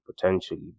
potentially